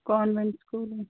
convent school